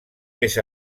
més